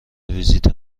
ویزیت